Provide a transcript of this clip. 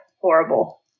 horrible